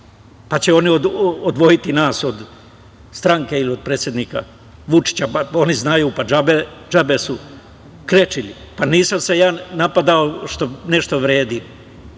pa će oni odvojiti nas od stranke ili od predsednika Vučića. Oni znaju, džabe su krečili. Pa nisam se ja napadao što nešto vredim,